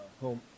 home